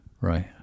right